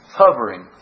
hovering